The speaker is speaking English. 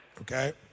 Okay